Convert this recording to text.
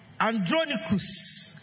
Andronicus